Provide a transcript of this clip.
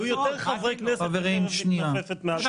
יהיו יותר חברי כנסת שחרב מתנפנפת מעל צווארם.